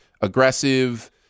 aggressive